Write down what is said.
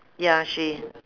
ya she